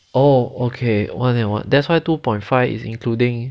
oh okay one and one that's why two point five is including